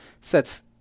sets